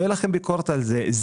לא תהיה לכם ביקורת על זה,